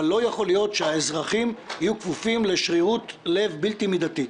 אבל לא יכול להיות שהאזרחים יהיו כפופים לשרירות לב בלתי מדתית.